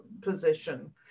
position